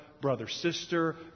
brother-sister